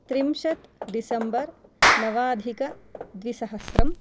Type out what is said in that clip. त्रिंशत् डिसम्बर् नवाधिकद्विसहस्रम्